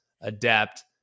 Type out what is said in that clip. adapt